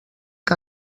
que